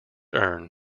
urn